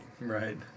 right